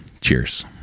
Cheers